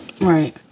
Right